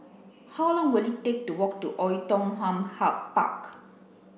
how long will it take to walk to Oei Tiong Ham Park